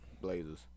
Blazers